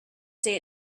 say